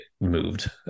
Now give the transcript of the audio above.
moved